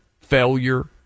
failure